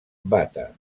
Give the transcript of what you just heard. bata